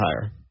higher